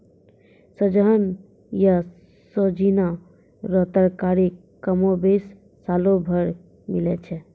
सहजन या सोजीना रो तरकारी कमोबेश सालो भर मिलै छै